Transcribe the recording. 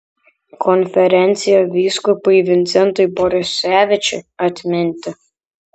konferencija vyskupui vincentui borisevičiui atminti